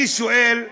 אני שואל למה,